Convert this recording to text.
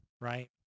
right